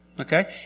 Okay